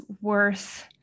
worth